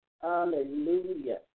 Hallelujah